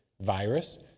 virus